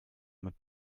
mit